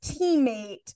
teammate